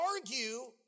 argue